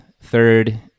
third